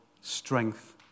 strength